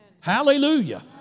Hallelujah